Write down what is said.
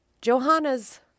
Johanna's